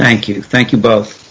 thank you thank you both